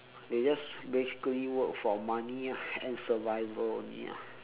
they just basically work for money ah and survival only ah